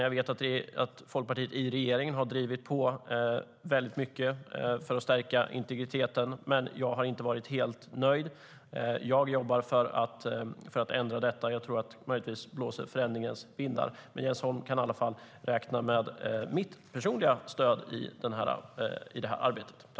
Jag vet att Folkpartiet i regeringen har drivit på väldigt mycket för att stärka integriteten. Men jag har inte varit helt nöjd. Jag jobbar för att ändra detta, och möjligtvis blåser förändringens vindar. Men Jens Holm kan i alla fall räkna med mitt personliga stöd i detta arbete.